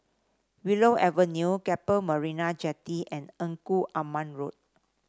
Willow Avenue Keppel Marina Jetty and Engku Aman Road